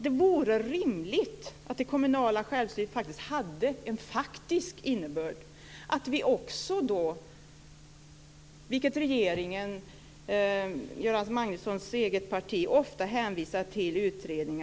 Det vore rimligt att den kommunala självstyrelsen hade en faktisk innebörd. Göran Magnussons eget parti hänvisar ofta till utredningar.